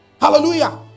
Hallelujah